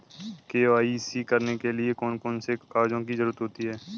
KYC करने के लिए कौन कौन से कागजों की जरूरत होती है?